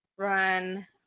run